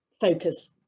focus